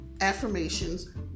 affirmations